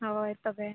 ᱦᱳᱭ ᱛᱚᱵᱮ